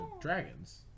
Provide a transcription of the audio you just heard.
dragons